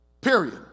Period